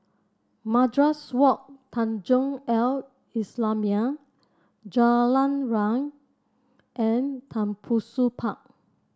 Madrasah Wak Tanjong Al Islamiah Jalan Riang and Tembusu Park